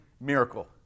miracle